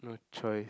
no choice